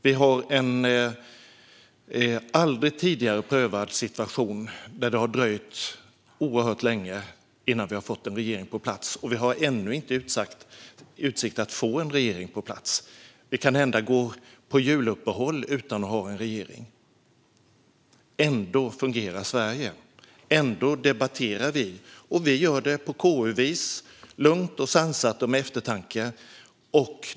Vi har en aldrig tidigare prövad situation, där det har dröjt oerhört länge innan vi har fått en regering på plats. Vi har ännu inga utsikter att få en regering på plats. Kanhända går vi på juluppehåll utan att ha en regering. Ändå fungerar Sverige. Ändå debatterar vi, och vi gör det på KU-vis: lugnt, sansat och med eftertanke.